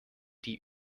die